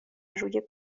روی